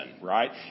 Right